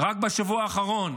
רק בשבוע האחרון: